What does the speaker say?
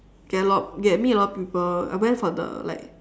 get a lot get to meet a lot of people I went for the like